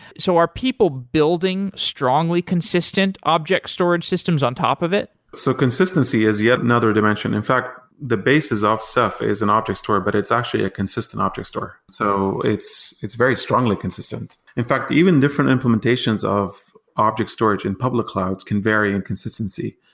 so are people building strongly consistent object storage systems on top of it? so consistency is yet another dimension. in fact, the basis of ceph is in and object store, but it's actually a consistent object store. so it's it's very strongly consistent. in fact even different implementations of object storage in public clouds can vary in consistency.